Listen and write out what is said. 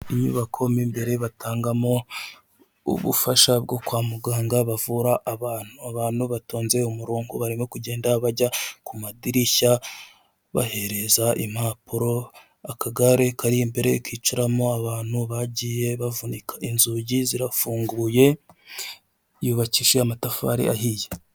Inyubako mo imbere batangamo ubufasha bwo kwa muganga, bavura abantu abantu batonze umurongo barimo kugenda bajya ku madirishya, bahereza impapuro akagare kari imbere kicaramo abantu bagiye bavunika, inzugi zirafunguye yubakije amatafari ahiye.